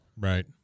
Right